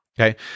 Okay